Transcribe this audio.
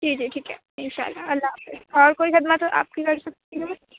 جی جی ٹھیک ہے اِنشاء اللہ اللہ حافظ اور کوئی خدمت ہو آپ کی کر سکتی ہوں